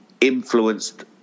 influenced